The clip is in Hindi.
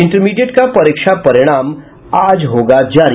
और इंटरमीडिएट का परीक्षा परिणाम आज होगा जारी